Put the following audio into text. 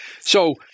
So-